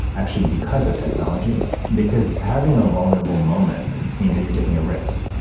actually, because of technology, because having a vulnerable moment means that you're taking a risk.